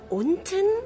unten